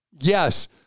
yes